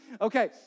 Okay